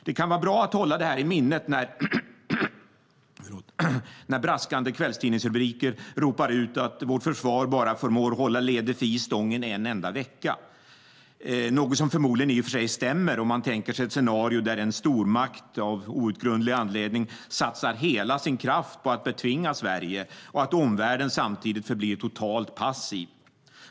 Det kan vara bra att hålla detta i minnet när braskande kvällstidningsrubriker ropar ut att vårt försvar bara förmår hålla den lede fi stången en enda vecka, något som förmodligen i och för sig stämmer om man tänker sig ett scenario där en stormakt av någon outgrundlig anledning satsar hela sin kraft på att betvinga Sverige och att omvärlden samtidigt förblir totalt passiv.